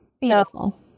Beautiful